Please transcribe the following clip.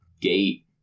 gate